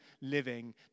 living